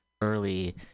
early